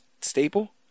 staple